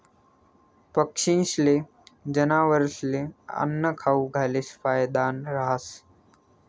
पक्षीस्ले, जनावरस्ले आन्नं खाऊ घालेल फायदानं रहास